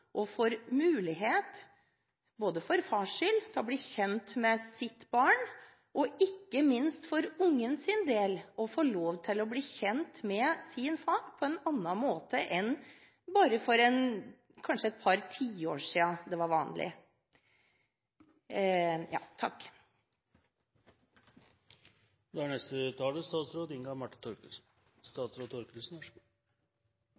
og for sin egen del får mulighet til å bli kjent med sitt barn. Det gjelder ikke minst også for barnets del, at barnet får lov til å bli kjent med sin far på en annen måte enn det som var vanlig kanskje for bare et par tiår siden. Denne diskusjonen tar jeg gjerne igjen og igjen, for jeg er